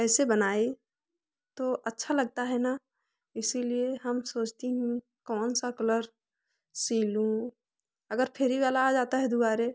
कैसे बनाई तो अच्छा लगता है ना इसीलिए हम सोचती हूँ कौन सा कलर सिलूं अगर फेरीवाला आ जाता है दुआरे